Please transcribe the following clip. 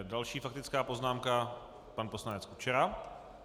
Další faktická poznámka, pan poslanec Kučera.